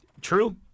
True